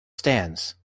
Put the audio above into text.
stands